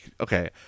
okay